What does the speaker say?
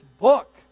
book